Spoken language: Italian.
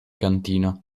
cantina